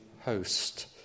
host